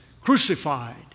crucified